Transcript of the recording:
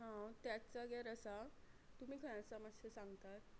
हां त्या जागेर आसा तुमी खंय आसा मातशें सांगतात